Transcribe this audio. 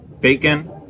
bacon